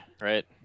right